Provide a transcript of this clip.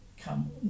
come